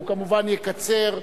והוא כמובן יקצר,